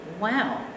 Wow